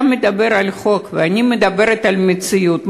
אתה מדבר על חוק ואני מדברת על מציאות.